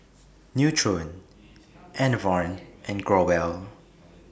Nutren Enervon and Growell